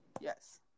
Yes